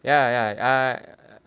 ya ya I